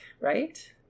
right